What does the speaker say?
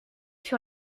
sur